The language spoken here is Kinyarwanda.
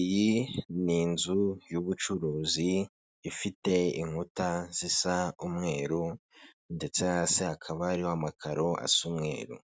Iyi ni inzu y'ubucuruzi ifite inkuta zisa umweru ndetse hasi hakaba hariho amakaro asa umweru.